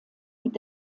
mit